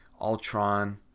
Ultron